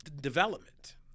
development